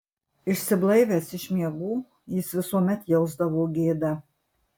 išsiblaivęs iš miegų jis visuomet jausdavo gėdą